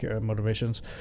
motivations